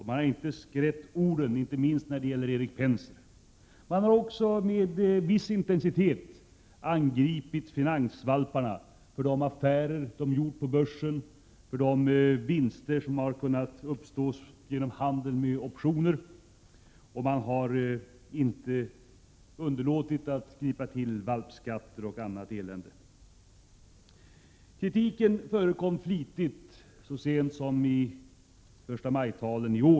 Man harinte skrätt orden, inte minst gäller detta i fråga om Erik Penser. Man har också med viss intensitet angripit de s.k. finansvalparna för de affärer som de har gjort på börsen och de vinster som har kunnat uppstå genom handeln med optioner. Man har inte heller underlåtit att gripa till s.k. valpskatter och annat elände. Kritiken förekom flitigt så sent som i årets förstamajtal.